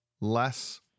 Less